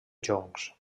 joncs